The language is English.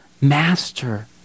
Master